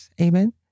Amen